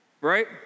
right